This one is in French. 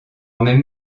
même